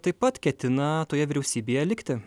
taip pat ketina toje vyriausybėje likti